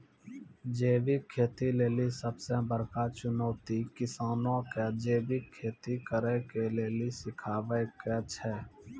जैविक खेती लेली सबसे बड़का चुनौती किसानो के जैविक खेती करे के लेली सिखाबै के छै